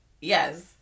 Yes